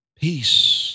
peace